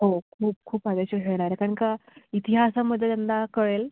हो खूप खूप फायदेशीर ठरणारा आहे कारण का इतिहासामध्ये त्यांना कळेल